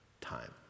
time